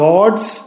God's